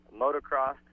Motocross